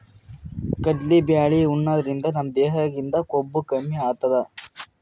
ಕಲ್ದಿ ಬ್ಯಾಳಿ ಉಣಾದ್ರಿನ್ದ ನಮ್ ದೇಹದಾಗಿಂದ್ ಕೊಬ್ಬ ಕಮ್ಮಿ ಆತದ್